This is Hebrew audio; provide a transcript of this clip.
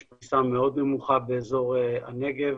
יש פריסה מאוד נמוכה באזור הנגב,